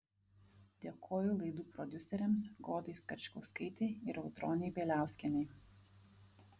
dėkoju laidų prodiuserėms godai skačkauskaitei ir audronei bieliauskienei